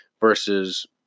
Versus